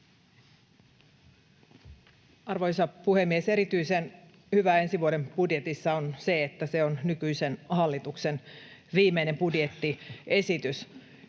Arvoisa puhemies! Erityisen hyvää ensi vuoden budjetissa on se, että se on nykyisen hallituksen viimeinen budjettiesitys.